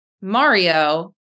Mario